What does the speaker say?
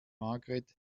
margret